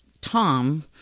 Tom